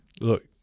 look